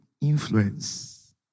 Influence